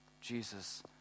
Jesus